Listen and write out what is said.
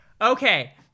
Okay